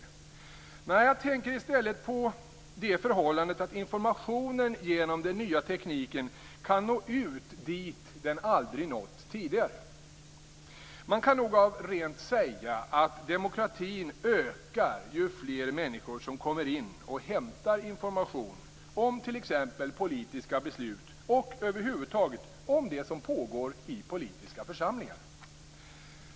I stället tänker jag på det förhållandet att information genom den nya tekniken kan nå ut dit den aldrig nått tidigare. Man kan nog rent av säga att demokratin ökar ju fler människor som kommer in och hämtar information om t.ex. politiska beslut och över huvud taget om det som pågår i politiska församlingar.